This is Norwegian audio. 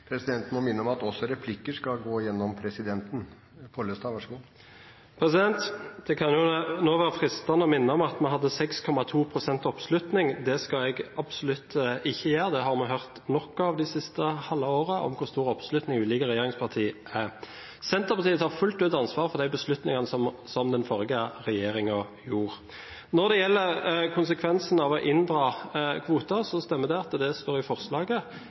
Presidenten må minne om at også replikker skal gå gjennom presidenten. Det kan jo nå være fristende å minne om at vi hadde 6,2 pst. oppslutning. Det skal jeg absolutt ikke gjøre. Det siste halve året har vi hørt nok om hvor stor oppslutning ulike regjeringspartier har. Senterpartiet tar fullt ut ansvar for de beslutningene som den forrige regjeringen gjorde. Når det gjelder konsekvensen av å inndra kvoter, stemmer det at det står i forslaget,